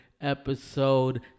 Episode